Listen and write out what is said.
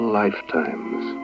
lifetimes